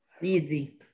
Easy